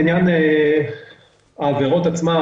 בעניין העבירות עצמן,